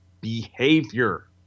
behavior